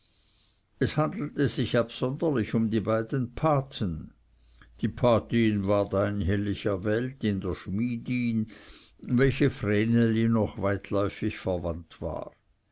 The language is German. es handelte sich absonderlich um die beiden paten die gotte ward einhellig erwählt in der schmiedin welche vreneli noch weitläufig verwandt war